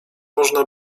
można